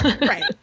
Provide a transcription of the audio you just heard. right